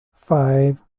five